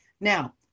Now